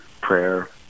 prayer